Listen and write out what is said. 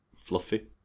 fluffy